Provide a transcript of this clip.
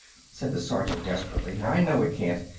said the sergeant desperately. i know it can't!